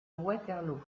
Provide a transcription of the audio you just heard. waterloo